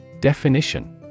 Definition